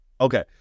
okay